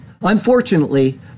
Unfortunately